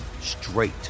straight